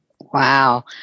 Wow